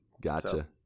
Gotcha